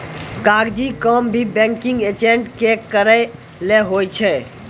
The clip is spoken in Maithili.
कागजी काम भी बैंकिंग एजेंट के करय लै होय छै